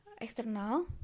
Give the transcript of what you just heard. external